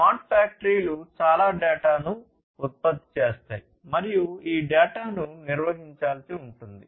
smart ఫ్యాక్టరీలు చాలా డేటాను ఉత్పత్తి చేస్తాయి మరియు ఈ డేటాను నిర్వహించాల్సి ఉంటుంది